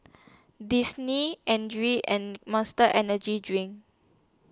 Disney Andre and Monster Energy Drink